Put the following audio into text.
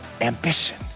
ambition